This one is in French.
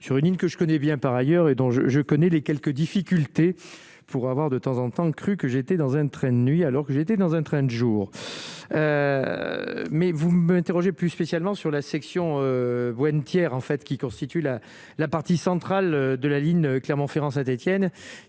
sur une ligne que je connais bien, par ailleurs, et donc je je. Connaît les quelques difficultés pour avoir de temps en temps cru que j'étais dans un train de nuit alors que j'étais dans un train de jour, mais vous m'interrogez plus spécialement sur la section went tiers en fait qui constitue la la partie centrale de la ligne, Clermont-Ferrand, Saint-Étienne